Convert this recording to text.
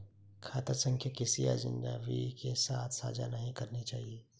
खाता संख्या किसी अजनबी के साथ साझा नहीं करनी चाहिए